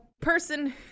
person